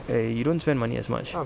err you don't spend money as much